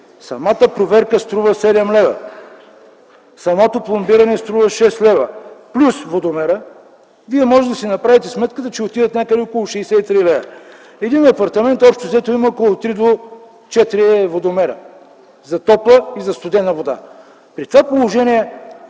самата проверка струва 7 лева. Самото пломбиране струва 6 лв. плюс водомера – вие можете да си направите сметката, че отиват някъде около 63 лева. Един апартамент има три до четири водомера за топла и за студена вода. При това положение